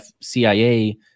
CIA